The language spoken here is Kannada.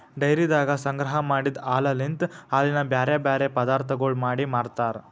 ಡೈರಿದಾಗ ಸಂಗ್ರಹ ಮಾಡಿದ್ ಹಾಲಲಿಂತ್ ಹಾಲಿನ ಬ್ಯಾರೆ ಬ್ಯಾರೆ ಪದಾರ್ಥಗೊಳ್ ಮಾಡಿ ಮಾರ್ತಾರ್